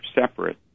separate